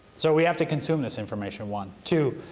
so we have to consume this information, one. two,